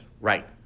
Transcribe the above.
right